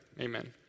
Amen